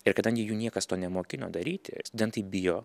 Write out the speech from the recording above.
ir kadangi jų niekas to nemokino daryti studentai bijo